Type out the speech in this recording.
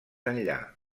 enllà